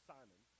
Simon